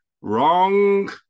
Wrong